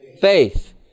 faith